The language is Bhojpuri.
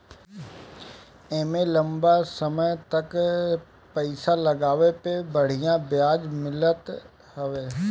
एमे लंबा समय तक पईसा लगवले पे बढ़िया ब्याज मिलत हवे